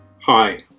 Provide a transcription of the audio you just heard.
Hi